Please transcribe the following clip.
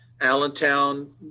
Allentown